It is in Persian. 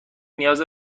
نیاز